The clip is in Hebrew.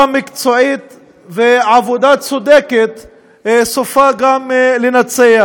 המקצועית והעבודה הצודקת סופה גם לנצח.